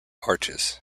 arches